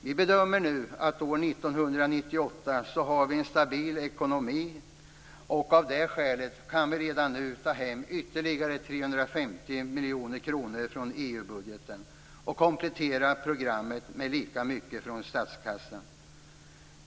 Vi bedömer nu att vi år 1998 har en stabil ekonomi, och av det skälet kan vi redan nu ta hem ytterligare 350 miljoner kronor från EU-budgeten och komplettera programmet med lika mycket från statskassan.